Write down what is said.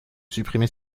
supprimer